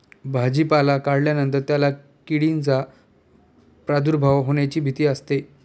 भाजीपाला काढल्यानंतर त्याला किडींचा प्रादुर्भाव होण्याची भीती असते